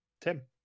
Tim